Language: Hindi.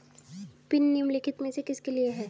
पिन निम्नलिखित में से किसके लिए है?